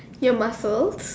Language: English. new muscles